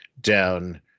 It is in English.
down